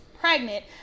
pregnant